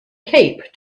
cape